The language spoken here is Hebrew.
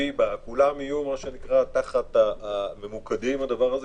שיבא וכולם יהיו ממוקדים בדבר הזה.